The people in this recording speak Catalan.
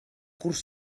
curs